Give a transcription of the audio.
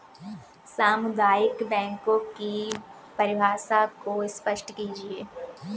सामुदायिक बैंकों की परिभाषा को स्पष्ट कीजिए?